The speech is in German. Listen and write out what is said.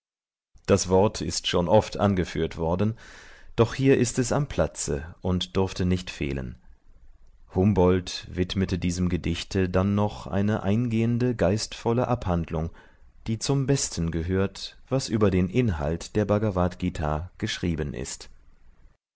das wort ist schon oft angeführt worden doch hier ist es am platze und durfte nicht fehlen humboldt widmete diesem gedichte dann noch eine eingehende geistvolle abhandlung die zum besten gehört was über den inhalt der bhagavadgt geschrieben ist